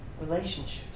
relationships